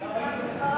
2010,